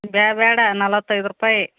ಬೇಡ ಬೇಡ ನಲ್ವತ್ತೈದು ರೂಪಾಯಿ